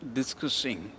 discussing